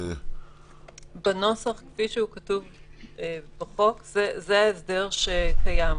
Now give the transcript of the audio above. בנוסח, כפי שהוא כתוב בחוק, זה ההסדר שקיים.